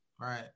right